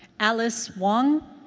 alice wong?